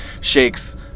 Shakes